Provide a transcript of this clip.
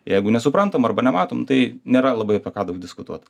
jeigu nesuprantam arba nematom tai nėra labai apie ką daug diskutuot